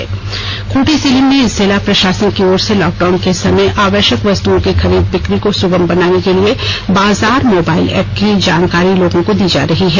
special story Khunti Khunti जिले में जिला प्रशासन की ओर से लॉकडाउन के समय आवश्यक वस्तुओं की खरीद बिक्री को सुगम बनाने के लिए बाजार मोबाईल एप की जानकारी लोगों को दी जा रही है